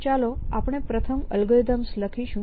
ચાલો આપણે પ્રથમ એલ્ગોરિધમ્સ લખીશું